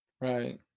Right